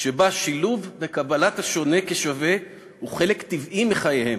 שבה שילוב וקבלה של השונה כשווה הם חלק טבעי מחייהם.